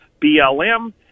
BLM